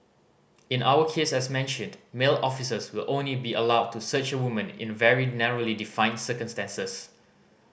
in our case as mentioned male officers will only be allowed to search a woman in very narrowly defined circumstances